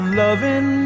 loving